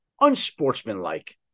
unsportsmanlike